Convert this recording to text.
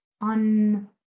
on